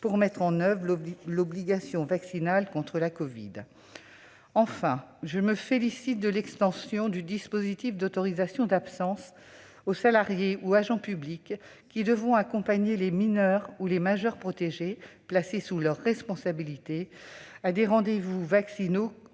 pour mettre en oeuvre l'obligation vaccinale contre la covid. Enfin, je me félicite de l'extension du dispositif d'autorisation d'absence aux salariés ou agents publics qui devront accompagner les mineurs ou les majeurs protégés placés sous leur responsabilité à des rendez-vous vaccinaux